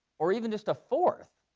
or even just a fourth,